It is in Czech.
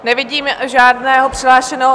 Nevidím žádného přihlášeného.